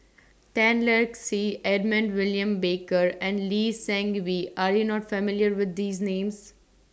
Tan Lark Sye Edmund William Barker and Lee Seng Wee Are YOU not familiar with These Names